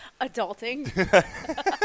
adulting